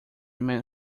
man